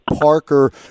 Parker